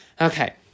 Okay